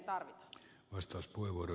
arvoisa puhemies